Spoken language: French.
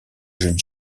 jeunes